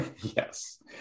yes